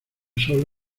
sol